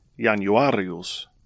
Januarius